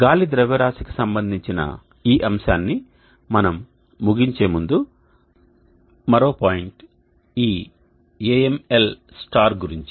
గాలి ద్రవ్యరాశికి సంబంధించిన ఈ అంశాన్ని మనం ముగించే ముందు మరో పాయింట్ ఈ AMl గురించి